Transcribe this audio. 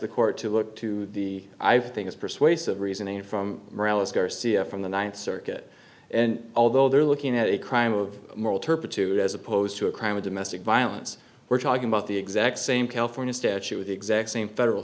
the court to look to the i think it's persuasive reasoning from morales garcia from the ninth circuit and although they're looking at a crime of moral turpitude as opposed to a crime of domestic violence we're talking about the exact same california statute with the exact same federal